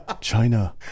China